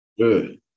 Good